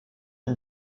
une